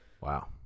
Wow